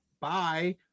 Bye